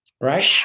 Right